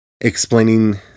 explaining